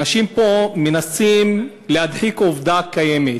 אנשים פה מנסים להדחיק עובדה קיימת,